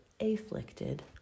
afflicted